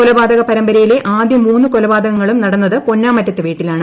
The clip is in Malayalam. കൊലപാതക പരമ്പരയിലെ ആദ്യ മൂന്ന് കൊലപാതകങ്ങളും നടന്നത് പൊന്നാമറ്റത്തെ വീട്ടിലാണ്